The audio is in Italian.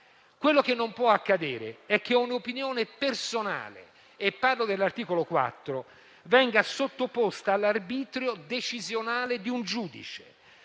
Ciò che non può accadere è che un'opinione personale - parlo dell'articolo 4 - venga sottoposta all'arbitrio decisionale di un giudice.